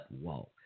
walk